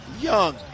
Young